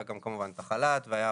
היה כמובן גם את החל"ת והיו